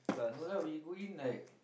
no lah we go in like